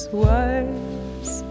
wives